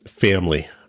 family